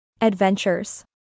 Adventures